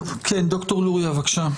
ד"ר לוריא, בבקשה.